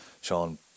Sean